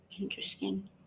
Interesting